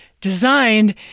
designed